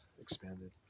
expanded